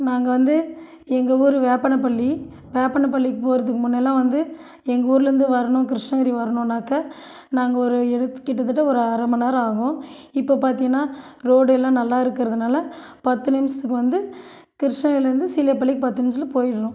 நாங்கள் வந்து எங்கள் ஊர் வேப்பனப்பள்ளி வேப்பனப்பள்ளிக்கு போகறத்துக்கு முன்னெல்லாம் வந்து எங்கள் ஊர்லேருந்து வரணும் கிருஷ்ணகிரி வரணுன்னாக்க நாங்கள் ஒரு இடத்துக் கிட்டத்தட்ட ஒரு அரை மண் நேரம் ஆகும் இப்போ பார்த்திங்கன்னா ரோடு எல்லாம் நல்லா இருக்குறதுனால பத்து நிமிஷத்துக்கு வந்து கிருஷ்ணகிரிலேருந்து சீலேபள்ளிக்கு பத்து நிம்ஷத்தில் போயிடுறோம்